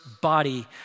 body